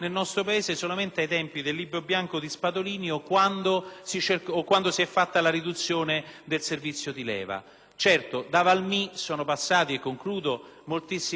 Certo, da Valmy sono passati moltissimi anni, ma credo che una riflessione sul rapporto tra la missione delle nostre Forze armate, soprattutto per la pace,